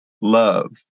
love